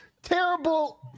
Terrible